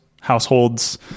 households